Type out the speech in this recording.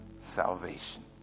salvation